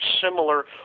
similar